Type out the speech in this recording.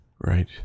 right